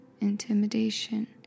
Intimidation